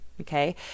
okay